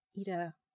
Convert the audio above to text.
Ida